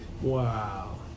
Wow